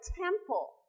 temple